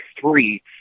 three